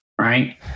right